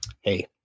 Hey